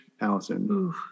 Allison